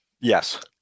yes